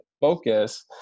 focus